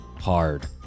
hard